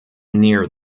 near